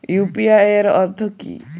UPI এর অর্থ কি?